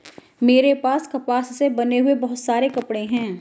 मेरे पास कपास से बने बहुत सारे कपड़े हैं